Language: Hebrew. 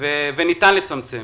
וניתן לצמצמם.